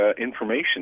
information